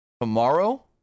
tomorrow